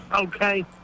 Okay